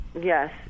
Yes